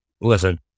Listen